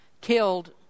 killed